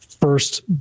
first